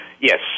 Yes